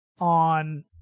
on